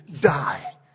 die